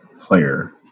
player